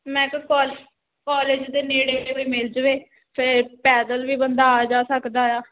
ਮੈਂ ਤਾਂ ਕੋਲ ਕੋਲੇਜ ਦੇ ਨੇੜੇ ਜੇ ਕੋਈ ਮਿਲ ਜਾਵੇ ਫਿਰ ਪੈਦਲ ਵੀ ਬੰਦਾ ਆ ਜਾ ਸਕਦਾ ਆ